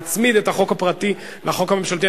להצמיד את החוק הפרטי לחוק הממשלתי.